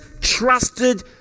trusted